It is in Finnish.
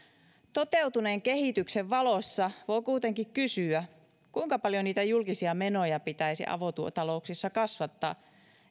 toteutuneen kehityksen valossa voi kuitenkin kysyä kuinka paljon niitä julkisia menoja pitäisi avotalouksissa kasvattaa